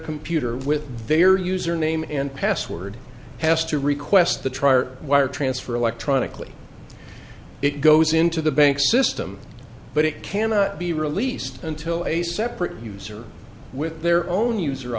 computer with their username and password has to request the trier wire transfer electronically it goes into the bank system but it cannot be released until a separate user with their own user